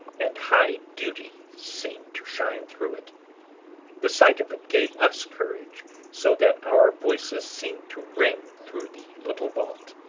and high duty seemed to shine through it the sight of it gave us courage so that our voices seemed to ring through the little vault.